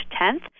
10th